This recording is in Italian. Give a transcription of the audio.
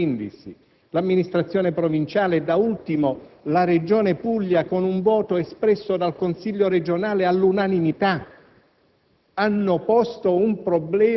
L'amministrazione comunale di Brindisi, l'amministrazione provinciale e, da ultimo, la Regione Puglia, con un voto espresso all'unanimità